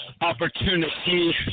opportunity